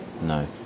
no